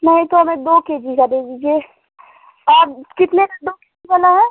नहीं तो हमें दो के जी का दे दीजिए और कितने का दो के जी वाला है